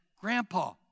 Grandpa